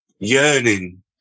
Yearning